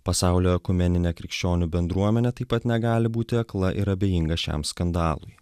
pasaulio ekumeninė krikščionių bendruomenė taip pat negali būti akla ir abejinga šiam skandalui